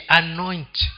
anoint